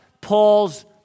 Paul's